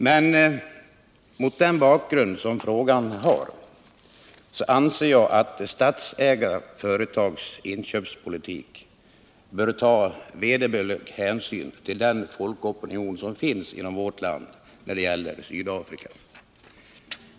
Men mot den bakgrund som denna fråga har anser jag att statsägda företag vid sina inköp bör ta vederbörlig hänsyn till den folkopinion som finns i vårt land när det gäller Sydafrika.